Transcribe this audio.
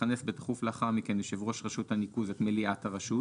יכנס בתכוף לאחר מכן יושב ראש רשות הניקוז את מליאת הרשות,